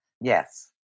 Yes